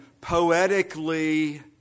poetically